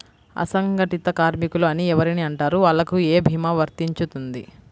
అసంగటిత కార్మికులు అని ఎవరిని అంటారు? వాళ్లకు ఏ భీమా వర్తించుతుంది?